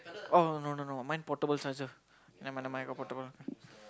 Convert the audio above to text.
oh no no no mine portable charger never mind never mind got portable